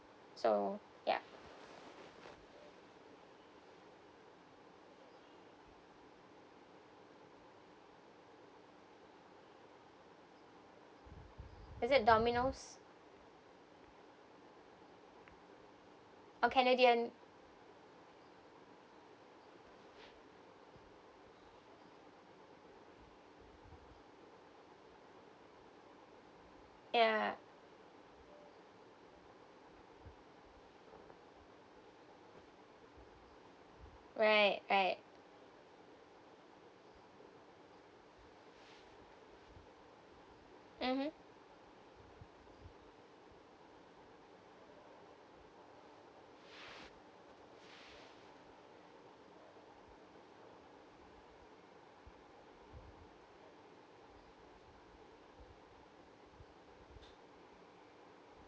so ya is it dominos or canadian ya right right mmhmm